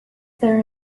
there